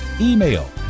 email